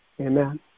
Amen